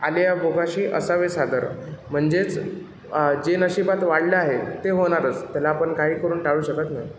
आलिया भोगासी असावे सादर म्हणजेच आ जे नशिबात वाढलं आहे ते होणारच त्याला आपण काही करून टाळू शकत नाही